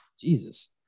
Jesus